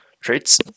traits